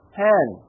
hand